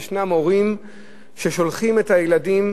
ישנם הורים ששולחים את הילדים,